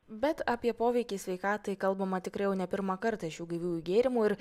bet apie poveikį sveikatai kalbama tikrai jau ne pirmą kartą šių gaiviųjų gėrimų ir